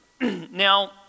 Now